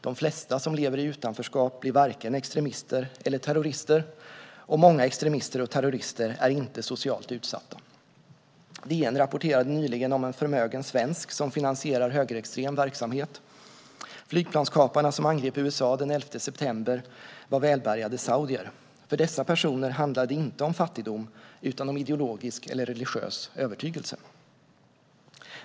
De flesta som lever i utanförskap blir varken extremister eller terrorister, och många extremister och terrorister är inte socialt utsatta. DN rapporterade nyligen om en förmögen svensk som finansierar högerextrem verksamhet. Flygplanskaparna som angrep USA den 11 september var välbärgade saudier. För dessa personer handlade det inte om fattigdom utan om ideologisk eller religiös övertygelse.